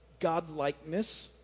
godlikeness